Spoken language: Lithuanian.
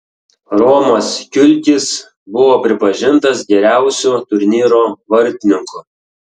romas kiulkis buvo pripažintas geriausiu turnyro vartininku